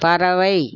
பறவை